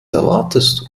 erwartest